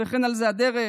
וכן על זה הדרך.